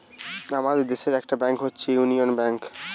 আমাদের দেশের একটা ব্যাংক হচ্ছে ইউনিয়ান ব্যাঙ্ক